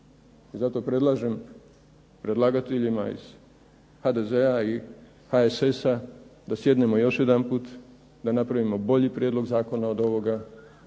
zato predlažem predlagateljima iz HDZ-a i HSS-a da sjednemo još jedanput, da napravimo bolji prijedlog zakona od ovoga,